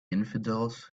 infidels